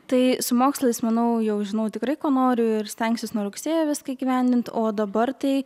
tai su mokslais manau jau žinau tikrai ko noriu ir stengsiuos nuo rugsėjo viską įgyvendint o dabar tai